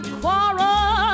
quarrel